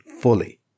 fully